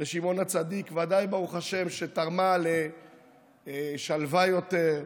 לשמעון הצדיק ודאי, ברוך השם, תרמה לשלווה יותר,